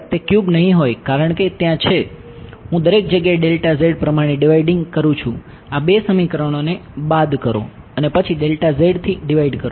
તે ક્યુબ નહીં હોય કારણ કે ત્યાં છે હું દરેક જગ્યાએ પ્રમાણે ડિવાઇડિંગ કરું છું આ બે સમીકરણોને બાદ કરો અને પછી થી ડિવાઇડ કરો